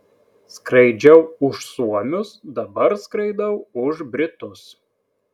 skraidžiau už suomius dabar skraidau už britus